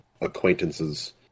acquaintances